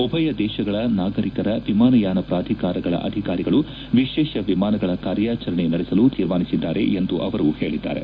ಉಭಯ ದೇಶಗಳ ನಾಗರಿಕ ವಿಮಾನಯಾನ ಪ್ರಾಧಿಕಾರಗಳ ಅಧಿಕಾರಿಗಳು ವಿಶೇಷ ವಿಮಾನಗಳ ಕಾರ್ಯಾಚರಣೆ ನಡೆಸಲು ತೀರ್ಮಾನಿಸಿದ್ದಾರೆ ಎಂದು ಅವರು ಹೇಳಿದ್ದಾರೆ